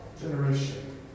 generation